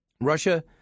Russia